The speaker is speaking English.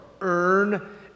earn